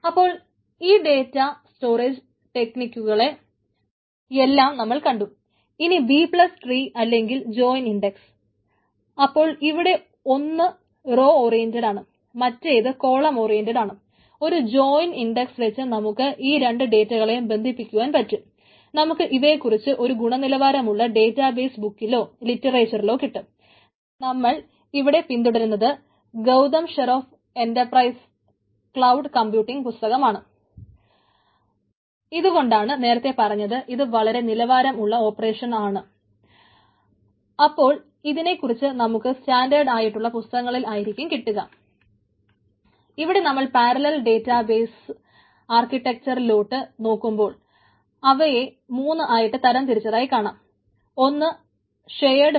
അപ്പോൾ ഈ data storage ടെക്നിക്കുകളെ ആയിട്ടുള്ള പുസ്തകങ്ങളിൽ ആയിരിക്കും കിട്ടുക ഇവിടെ നമ്മൾ പാരലൽ ഡേറ്റാബേസി ആർക്കിടെക്ചറിലോട്ട്